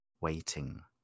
waiting